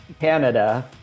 Canada